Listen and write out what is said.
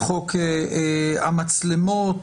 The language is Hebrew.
חוק המצלמות,